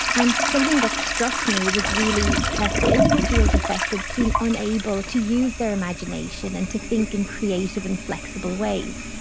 and something that struck me was really that the individuals affected seemed unable to use their imagination and to think in creative and flexible ways.